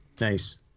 Nice